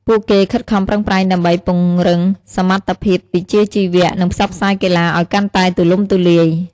ពួកគេខិតខំប្រឹងប្រែងដើម្បី ពង្រឹងសមត្ថភាពវិជ្ជាជីវៈ និងផ្សព្វផ្សាយកីឡាឲ្យកាន់តែទូលំទូលាយ។